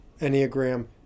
Enneagram